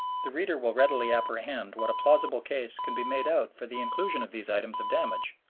the reader will readily apprehend what a plausible case can be made out for the inclusion of these items of damage,